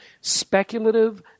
speculative